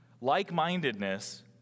Like-mindedness